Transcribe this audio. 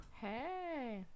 Hey